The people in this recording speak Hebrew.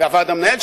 והוועד המנהל,